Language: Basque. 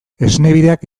esnebideak